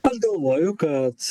aš galvoju kad